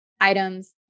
items